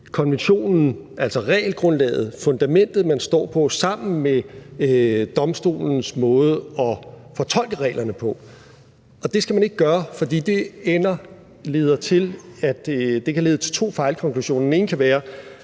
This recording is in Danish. konventionen, altså regelgrundlaget, fundamentet, man står på, sammen med domstolens måde at fortolke reglerne på. Og det skal man ikke gøre, for det kan lede til to fejlkonklusioner. Den ene kan være: